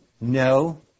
no